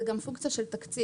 זה גם פונקציה של תקציב.